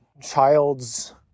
child's